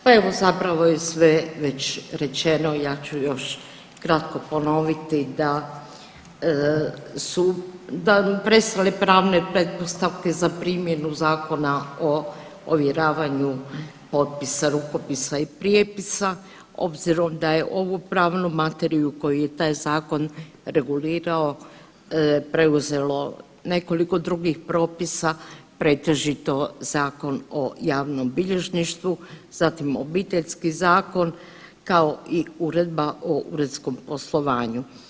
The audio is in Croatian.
Pa evo, zapravo je sve već rečeno, ja ću još kratko ponoviti da su, da prestale pravne pretpostavke za primjenu Zakona o ovjeravanju potpisa, rukopisa i prijepisa, obzirom da je ovu pravnu materiju koju je taj Zakon regulirao preuzelo nekoliko drugih potpisa, pretežito Zakon o javnom bilježništvu, zatim Obiteljski zakon, kao i Uredba o uredskom poslovanju.